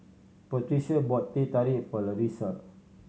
Patrica bought Teh Tarik for Larissa